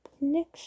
Next